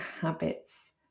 habits